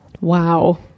Wow